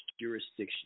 jurisdiction